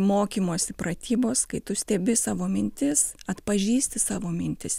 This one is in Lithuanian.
mokymosi pratybos kai tu stebi savo mintis atpažįsti savo mintis